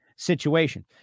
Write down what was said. Situation